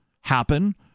happen